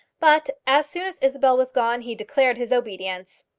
but as soon as isabel was gone he declared his obedience.